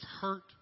hurt